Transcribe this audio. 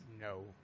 No